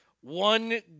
one